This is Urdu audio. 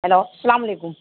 ہیلو سلام علیکم